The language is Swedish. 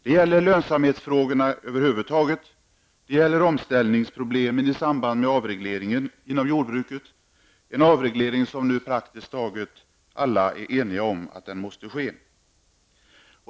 Det gäller lönsamhetsfrågorna över huvud taget och omställningsproblemen i samband med avregleringen inom jordbruket -- en avreglering som nu praktiskt taget alla är eniga om måste ske.